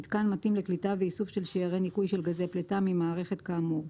מיתקן מתאים לקליטה ואיסוף של שיירי ניקוי של גזי פליטה ממערכת כאמור.